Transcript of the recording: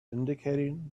indicating